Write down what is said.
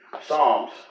Psalms